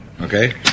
Okay